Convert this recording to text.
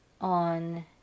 on